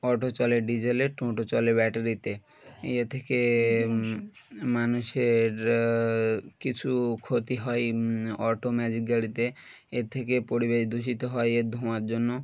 auto চলে ডিজলে টোটো চলে ব্যাটারিতে ইয়ে থেকে মানুষের কিছু ক্ষতি হয় অটো ম্যাজিক গাড়িতে এর থেকে পরিবেশ দূষিত হয় এর ধোঁয়ার জন্য